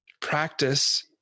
practice